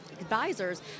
advisors